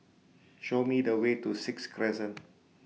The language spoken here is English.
Show Me The Way to Sixth Crescent